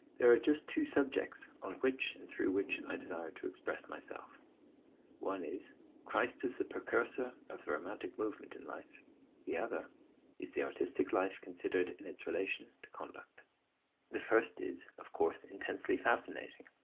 there are just two subjects on which and through which i desire to express myself one is christ as the precursor of the romantic movement in life the other is the artistic life considered in its relation to conduct the first is, of course, intensely fascinating,